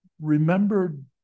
remembered